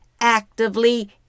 actively